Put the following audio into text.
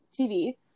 TV